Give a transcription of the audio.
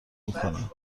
میکنه